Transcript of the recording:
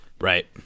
Right